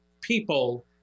people